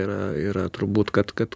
yra yra turbūt kad kad